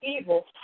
evil